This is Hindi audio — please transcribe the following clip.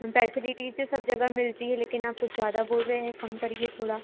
मैम फ़ैसिलिटी तो सब जगह मिलती है लेकिन आप कुछ ज़्यादा बोल रहे हैं कम करिए थोड़ा